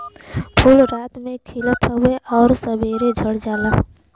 फूल रात में खिलत हउवे आउर सबेरे झड़ जाला